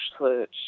search